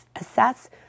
assess